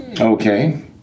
Okay